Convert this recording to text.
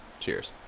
cheers